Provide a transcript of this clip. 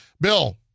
Bill